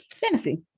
fantasy